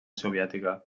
soviètica